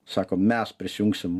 sako mes prisijungsim